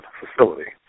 facility